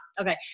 okay